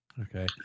Okay